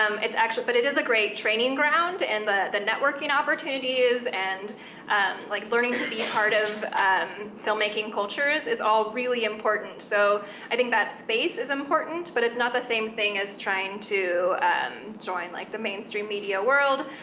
um it's actually, but it is a great training ground, and the the networking opportunities, and like learning to be part of filmmaking cultures is all really important, so i think that space is important, but it's not the same thing as trying to join like the mainstream media world,